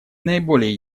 наиболее